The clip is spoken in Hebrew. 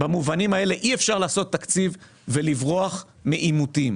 אי אפשר לעשות תקציב ולברוח מעימותים.